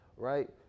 Right